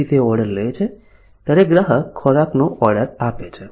પછી તે ઓર્ડર લે છે ત્યારે ગ્રાહક ખોરાકનો ઓર્ડર આપે છે